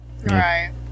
Right